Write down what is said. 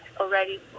already